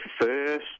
first